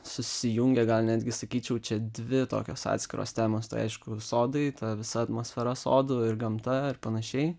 susijungia gal netgi sakyčiau čia dvi tokios atskiros temos tai aišku sodai ta visa atmosfera sodų ir gamta ir panašiai